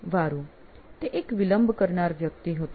વારું તે એક વિલંબ કરનાર વ્યક્તિ હતો